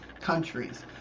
countries